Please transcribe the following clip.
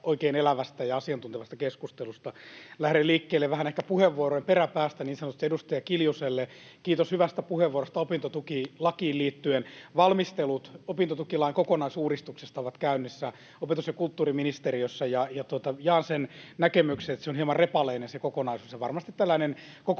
oikein elävästä ja asiantuntevasta keskustelusta. Lähden liikkeelle vähän ehkä puheenvuorojen peräpäästä, niin sanotusti: Edustaja Kiljuselle kiitos hyvästä puheenvuorosta opintotukilakiin liittyen. Valmistelut opintotukilain kokonaisuudistuksesta ovat käynnissä opetus- ja kulttuuriministeriössä, ja jaan sen näkemyksen, että se on hieman repaleinen kokonaisuus, ja varmasti tällainen kokonaistsekki